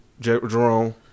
Jerome